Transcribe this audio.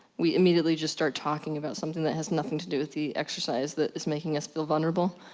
we immediately just start talking about something that has nothing to do with the exercise, that is making us feel vulnerable.